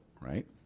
right